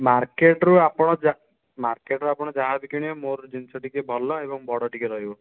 ମାର୍କେଟରୁ ଆପଣ ଯା ମାର୍କେଟର ଆପଣ ଯାହାବି କିଣିବେ ମୋର ଜିନିଷ ଟିକିଏ ଭଲ ଏବଂ ବଡ଼ ଟିକିଏ ରହିବ